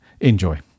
Enjoy